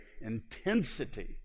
intensity